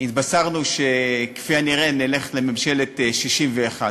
התבשרנו שכפי הנראה נלך לממשלת 61,